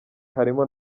harimo